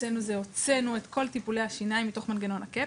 הוצאנו את כל טיפולי השיניים מתוך מנגנון הקאפ